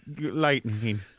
lightning